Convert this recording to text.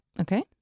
Okay